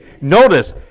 Notice